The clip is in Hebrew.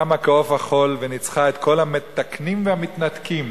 קמה כעוף החול וניצחה את כל המתקנים והמתנתקים,